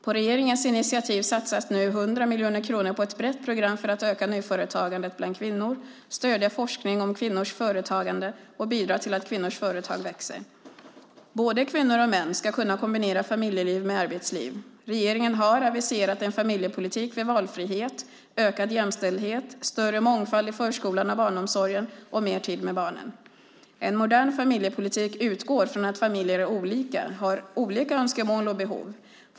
På regeringens initiativ satsas nu 100 miljoner kronor på ett brett program för att öka nyföretagandet bland kvinnor, stödja forskning om kvinnors företagande och bidra till att kvinnors företag växer. Både kvinnor och män ska kunna kombinera familjeliv med arbetsliv. Regeringen har aviserat en familjepolitik för valfrihet, ökad jämställdhet, större mångfald i förskolan och barnomsorgen och mer tid med barnen. En modern familjepolitik utgår från att familjer är olika, har olika önskemål och behov.